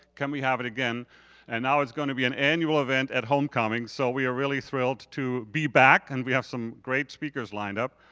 can we have it again and now it's gonna be an annual event at homecoming. so we are really thrilled to be back and we have some great speakers lined up.